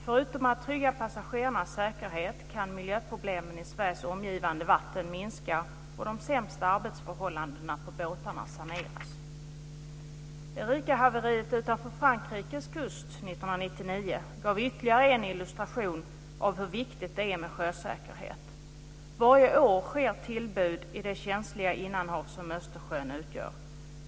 Förutom att man tryggar passagerarnas säkerhet kan miljöproblemen i Sveriges omgivande vatten minska och de sämsta arbetsförhållandena på båtarna saneras. Erika-haveriet utanför Frankrikes kust 1999 gav ytterligare en illustration av hur viktigt det är med sjösäkerhet. Varje år sker det tillbud i det känsliga innanhav som är Östersjön.